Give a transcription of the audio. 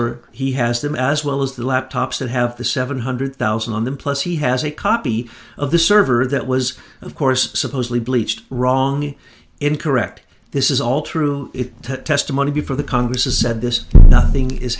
or he has them as well as the laptops that have the seven hundred thousand on them plus he has a copy of the server that was of course supposedly bleached wrong incorrect this is all true it testimony before the congress is said this nothing is